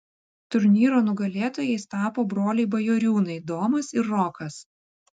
turnyro nugalėtojais tapo broliai bajoriūnai domas ir rokas